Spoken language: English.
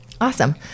Awesome